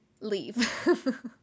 leave